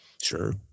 sure